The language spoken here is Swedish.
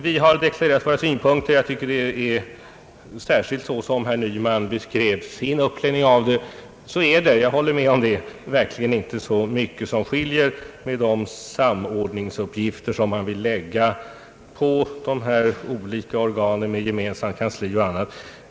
Vi har deklarerat våra synpunkter, och jag tycker att det — särskilt såsom herr Nyman beskrev sin uppläggning av detta — inte är så mycket som skiljer beträffande de samordningsuppgifter som han vill lägga på dessa olika organ med gemensamt kansli.